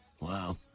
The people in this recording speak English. Wow